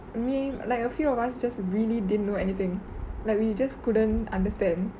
I mean like a few of us just really didn't know anything like we just couldn't understand